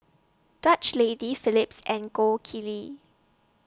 Dutch Lady Phillips and Gold Kili